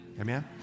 Amen